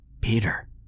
Peter